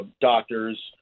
doctors